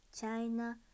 China